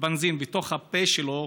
בנזין בתוך הפה שלו